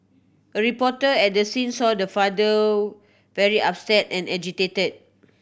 a reporter at the scene saw the father very upset and agitated